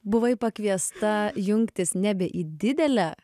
buvai pakviesta jungtis nebe į didelę